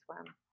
swim